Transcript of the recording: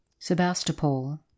Sebastopol